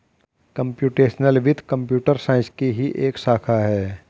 computational वित्त computer science की ही एक शाखा है